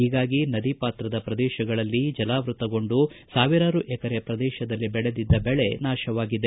ಹೀಗಾಗಿ ನದಿ ಪಾತ್ರದ ಪ್ರದೇಶಗಳಲ್ಲಿ ಜಲಾವೃತಗೊಂಡು ಸಾವಿರಾರು ಎಕರೆ ಪ್ರದೇಶದಲ್ಲಿ ಬೆಳೆದಿದ್ದ ಬೆಳೆ ನಾಶವಾಗಿದೆ